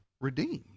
redeemed